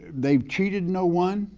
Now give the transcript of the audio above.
they've cheated no one,